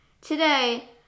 Today